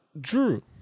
drew